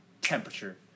temperature